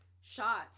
shots